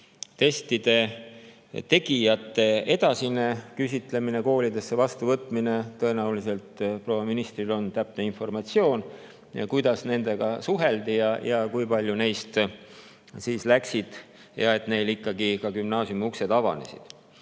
testide tegijate edasine küsitlemine, koolidesse vastuvõtmine? Tõenäoliselt proua ministril on täpne informatsioon, kuidas nendega suheldi, kui paljud neist läksid [edasi], nii et neile ikkagi gümnaasiumiuksed avanesid.